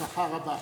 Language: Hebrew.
בהצלחה רבה.